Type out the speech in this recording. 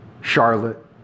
Charlotte